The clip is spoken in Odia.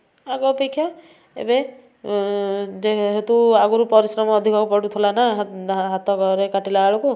ଆଗ ଅପେକ୍ଷା ଏବେ ଯେହେତୁ ଆଗରୁ ପରିଶ୍ରମ ଅଧିକ ପଡ଼ୁଥଲା ନା ହାତ କାଟିଲାବେଳକୁ